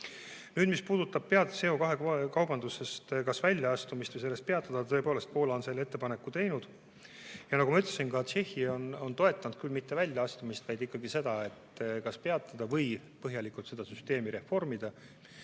Nüüd, mis puudutab peatset CO2kaubandusest kas väljaastumist või selle peatamist – tõepoolest, Poola on sellise ettepaneku teinud. Nagu ma ütlesin, ka Tšehhi on toetanud, küll mitte väljaastumist, vaid ikkagi seda, et kas peatada või põhjalikult seda süsteemi reformida.